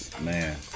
Man